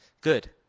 good